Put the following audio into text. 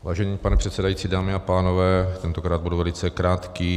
Vážený pane předsedající, dámy a pánové, tentokrát budu velice krátký.